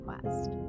quest